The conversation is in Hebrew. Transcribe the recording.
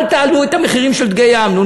אל תעלו את המחירים של דגי האמנון,